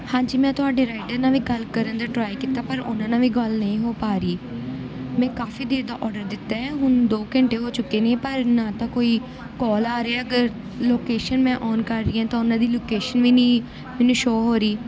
ਹਾਂਜੀ ਮੈਂ ਤੁਹਾਡੀ ਰਾਈਡਰ ਨਾਲ ਵੀ ਗੱਲ ਕਰਨ ਦਾ ਟ੍ਰਾਈ ਕੀਤਾ ਪਰ ਉਹਨਾਂ ਨਾਲ ਵੀ ਗੱਲ ਨਹੀਂ ਹੋ ਪਾ ਰਹੀ ਮੈਂ ਕਾਫੀ ਦੇਰ ਦਾ ਔਡਰ ਦਿੱਤਾ ਹੁਣ ਦੋ ਘੰਟੇ ਹੋ ਚੁੱਕੇ ਨੇ ਪਰ ਨਾ ਤਾਂ ਕੋਈ ਕਾਲ ਆ ਰਿਹਾ ਅਗਰ ਲੋਕੇਸ਼ਨ ਮੈਂ ਆਨ ਕਰ ਰਹੀ ਹੈ ਤਾਂ ਉਹਨਾਂ ਦੀ ਲੋਕੇਸ਼ਨ ਵੀ ਨਹੀਂ ਮੈਨੂੰ ਸ਼ੋ ਹੋ ਰਹੀ